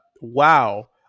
wow